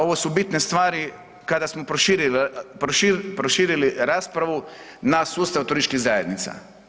Ovo su bitne stvari kada smo proširili raspravu na sustav turističkih zajednica.